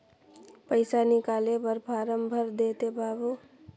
पइसा निकाले बर फारम भर देते बाबु?